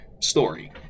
story